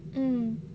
mm